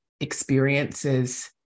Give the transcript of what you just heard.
experiences